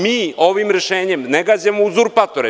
Mi ovim rešenjem ne gađamo uzurpatore.